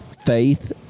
faith